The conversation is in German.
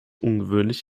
ungewöhnlich